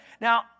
Now